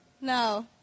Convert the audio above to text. No